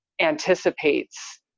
anticipates